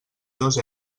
dos